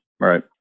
Right